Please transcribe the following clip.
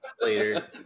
later